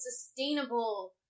sustainable